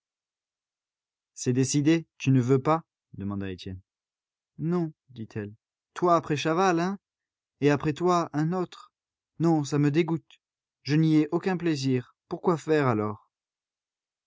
c'est décidé tu ne veux pas demanda étienne non dit-elle toi après chaval hein et après toi un autre non ça me dégoûte je n'y ai aucun plaisir pour quoi faire alors